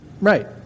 Right